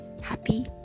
happy